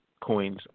coins